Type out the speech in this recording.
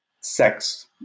sex